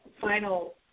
final